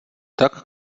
tak